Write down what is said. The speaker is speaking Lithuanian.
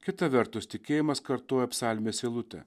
kita vertus tikėjimas kartoja psalmės eilutę